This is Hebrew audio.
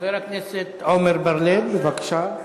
חבר הכנסת עמר בר-לב, בבקשה.